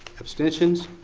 abstentions?